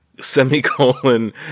Semicolon